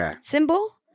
symbol